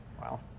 Wow